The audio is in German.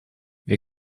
wir